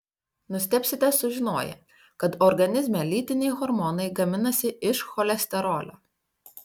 nustebsite sužinoję kad organizme lytiniai hormonai gaminasi iš cholesterolio